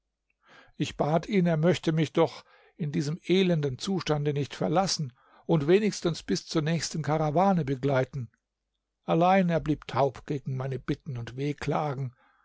ich bat ihn er möchte mich doch in diesem elenden zustande nicht verlassen und wenigstens bis zur nächsten karawane begleiten allein er blieb taub gegen meine bitten und wehklagen